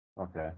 Okay